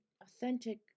authentic